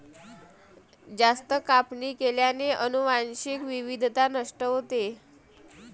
जास्त कापणी केल्याने अनुवांशिक विविधता नष्ट होते